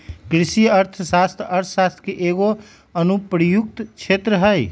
कृषि अर्थशास्त्र अर्थशास्त्र के एगो अनुप्रयुक्त क्षेत्र हइ